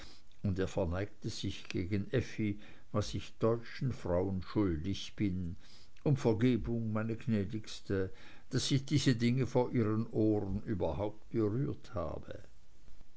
und er verneigte sich gegen effi was ich deutschen frauen schuldig bin um vergebung meine gnädigste daß ich diese dinge vor ihren ohren überhaupt berührt habe